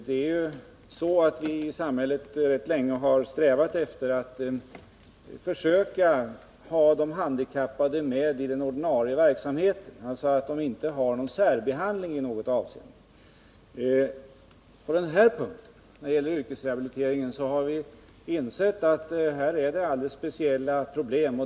Vi har i vårt samhälle rätt länge strävat efter att försöka ha de handikappade med i den ordinarie verksamheten och undvika att de särbehandlas i något avseende. När det gäller yrkesrehabiliteringen har vi insett att det finns alldeles speciella problem.